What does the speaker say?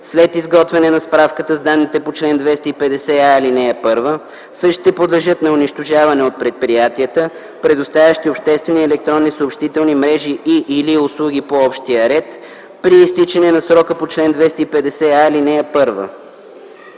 След изготвяне на справката с данните по чл. 250а, ал. 1, същите подлежат на унищожаване от предприятията, предоставящи обществени електронни съобщителни мрежи и/или услуги по общия ред, при изтичане на срока по чл. 250а, ал. 1.